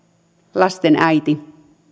lasten äiti